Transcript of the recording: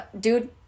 dude